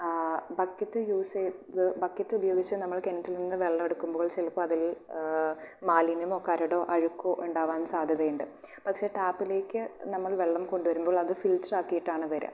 bucket use ചെയ്ത് bucket ഉപയോഗിച്ച് നമ്മൾ കിണറ്റിൽ നിന്ന് വെള്ളം എടുക്കുമ്പോൾ ചിലപ്പം അതിൽ മാലിന്യമോ കരടോ അഴുക്കോ ഉണ്ടാവാൻ സാധ്യതയുണ്ട് പക്ഷെ ടാപ്പിലേക്ക് നമ്മൾ വെള്ളം കൊണ്ടു വരുമ്പോൾ അത് ഫിൽറ്റ്റാക്കിയിട്ടാണ് വരിക